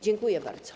Dziękuję bardzo.